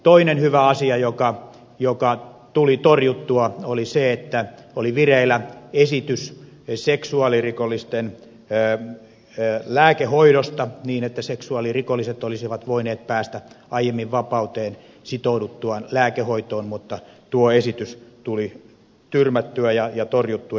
toinen hyvä asia joka tuli torjuttua oli se että oli vireillä esitys seksuaalirikollisten lääkehoidosta niin että seksuaalirikolliset olisivat voineet päästä aiemmin vapauteen sitouduttuaan lääkehoitoon mutta tuo esitys tuli tyrmättyä ja torjuttua